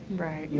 right.